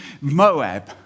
Moab